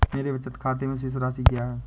मेरे बचत खाते में शेष राशि क्या है?